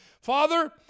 Father